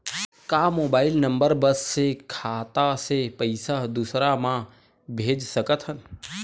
का mobile number बस से खाता से पईसा दूसरा मा भेज सकथन?